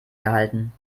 erhalten